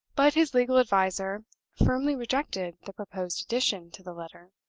but his legal adviser firmly rejected the proposed addition to the letter.